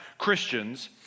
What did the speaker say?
Christians